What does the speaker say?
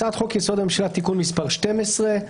הצעת חוק יסוד: הממשלה (תיקון מס' 12)